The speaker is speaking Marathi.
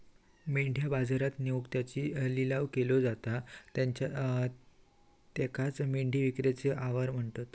मेंढ्या बाजारात नेऊन त्यांचो लिलाव केलो जाता त्येकाचं मेंढी विक्रीचे आवार म्हणतत